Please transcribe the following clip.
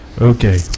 Okay